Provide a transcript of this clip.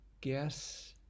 guess